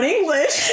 English